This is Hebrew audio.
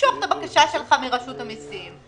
תמשוך את הבקשה שלך מרשות המיסים.